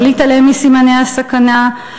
לא להתעלם מסימני הסכנה,